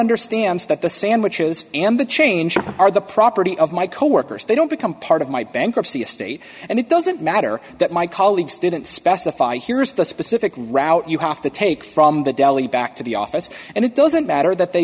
understands that the sandwiches and the change are the property of my coworkers they don't become part of my bankruptcy estate and it doesn't matter that my colleagues didn't specify here's a specific route you have to take from the deli back to the office and it doesn't matter that they